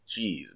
Jeez